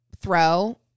throw